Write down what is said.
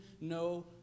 no